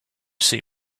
see